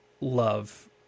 love